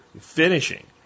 finishing